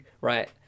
right